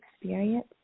experience